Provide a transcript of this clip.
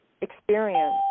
experience